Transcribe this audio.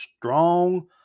strong